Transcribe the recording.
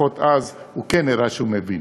לפחות אז הוא כן הראה שהוא מבין.